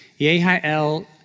Yehiel